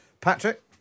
Patrick